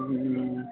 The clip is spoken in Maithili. हूँ